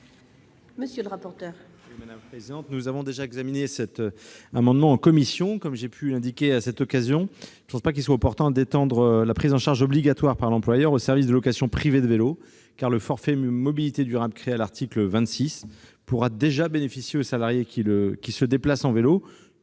monsieur le rapporteur,